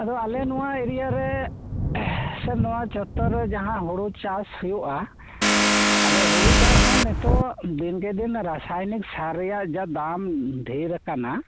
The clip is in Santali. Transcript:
ᱟᱫᱚ ᱟᱞᱮ ᱱᱚᱶᱟ ᱮᱨᱤᱭᱟ ᱨᱮ ᱥᱮ ᱱᱚᱶᱟ ᱪᱚᱛᱛᱚᱨ ᱨᱮ ᱡᱟᱦᱟᱸ ᱦᱩᱲᱩ ᱪᱟᱥ ᱦᱩᱭᱩᱜ ᱟ ᱟᱫᱚ ᱦᱳᱲᱳ ᱪᱟᱥ ᱦᱚᱸ ᱱᱤᱛᱚᱜ ᱫᱤᱱᱜᱮ ᱫᱤᱱ ᱨᱟᱥᱟᱭᱱᱤᱠ ᱥᱟᱨ ᱨᱮᱭᱟᱜ ᱫᱟᱢ ᱰᱷᱮᱨ ᱟᱠᱟᱱᱟ